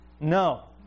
No